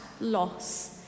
loss